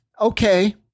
okay